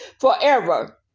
forever